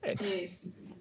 Yes